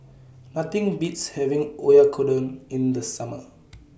Nothing Beats having Oyakodon in The Summer